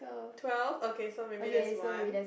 twelve okay so maybe there's one